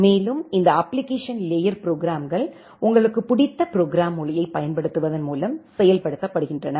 மேலும் இந்த application layer ப்ரோக்ராம்கள் உங்களுக்கு பிடித்த ப்ரோகிராம் மொழியைப் பயன்படுத்துவதன் மூலம் செயல்படுத்தப்படுகின்றன